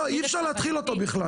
לא אל אי אפשר להתחיל אותו בכלל,